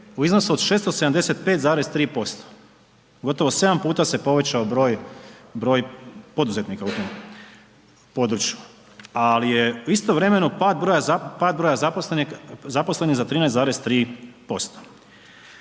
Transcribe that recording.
u iznosu od 675,3%, gotovo 7 puta se povećao broj poduzetnika u tom području. Ali je istovremeno pad broja zaposlenih za 13,3%.